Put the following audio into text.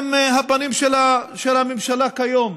הם הפנים של הממשלה כיום,